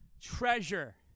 treasure